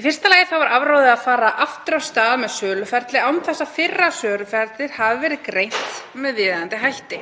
Í fyrsta lagi var afráðið að fara aftur af stað með söluferli án þess að fyrra söluferli hafi verið greint með viðeigandi hætti.